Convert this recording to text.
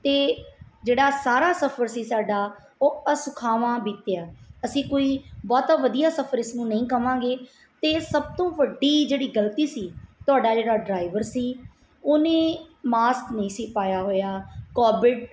ਅਤੇ ਜਿਹੜਾ ਸਾਰਾ ਸਫ਼ਰ ਸੀ ਸਾਡਾ ਉਹ ਅਸੁਖਾਵਾਂ ਬੀਤਿਆ ਅਸੀਂ ਕੋਈ ਬਹੁਤਾ ਵਧੀਆ ਸਫ਼ਰ ਇਸ ਨੂੰ ਨਹੀਂ ਕਵਾਂਗੇ ਅਤੇ ਸਭ ਤੋਂ ਵੱਡੀ ਜਿਹੜੀ ਗਲਤੀ ਸੀ ਤੁਹਾਡਾ ਜਿਹੜਾ ਡਰਾਈਵਰ ਸੀ ਉਹਨੇ ਮਾਸਕ ਨਹੀਂ ਸੀ ਪਾਇਆ ਹੋਇਆ ਕੋਵਿਡ